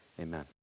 amen